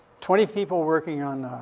twenty people working on, ah,